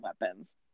weapons